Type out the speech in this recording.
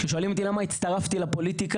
כששואלים אותי למה הצטרפתי לפוליטיקה,